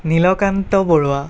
Nilkanta Barua